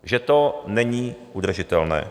Že to není udržitelné!